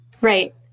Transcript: Right